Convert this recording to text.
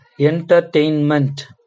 entertainment